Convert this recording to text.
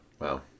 Wow